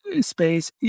space